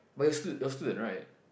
but you're stu~ you're student right